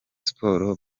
sport